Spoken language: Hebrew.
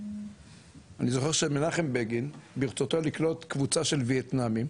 אני זוכר שמנחם בגין ברצותו לקלוט קבוצה של וייטנאמים,